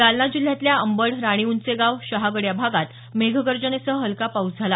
जालना जिल्ह्यातल्या अंबड राणीउंचेगाव शहागड या भागात मेघगर्जनेसह हलका पाऊस झाला